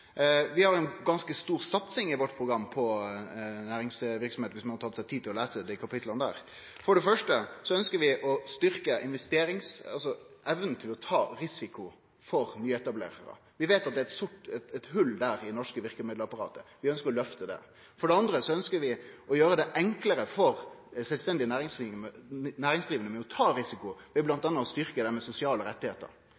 Vi har ei ganske stor satsing i vårt program på næringsverksemd, dersom en har tatt seg tid til å lese dei kapitla. For det første ønskjer vi å styrkje evna til å ta risiko for nyetablerarar. Vi veit at det er eit hol der i det norske verkemiddelapparatet. Vi ønskjer å løfte det. For det andre ønskjer vi å gjere det enklare for sjølvstendig næringsdrivande å ta risiko, ved bl.a. å styrkje dei med